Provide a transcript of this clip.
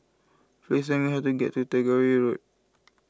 please tell me how to get to Tagore Road